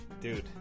Dude